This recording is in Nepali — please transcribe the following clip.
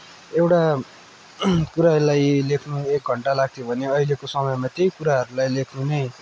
एउटा कुरालाई लेख्न एक घन्टा लाग्थ्यो भने अहिलेको समयमा त्यही कुराहरूलाई लेख्नुमै